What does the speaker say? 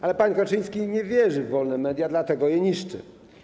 Ale pan Kaczyński nie wierzy w wolne media, dlatego je niszczy.